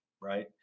right